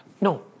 No